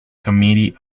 committee